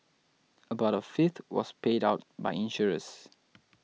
about a fifth was paid out by insurers